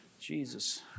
Jesus